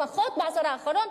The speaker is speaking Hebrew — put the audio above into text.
לפחות בעשור האחרון,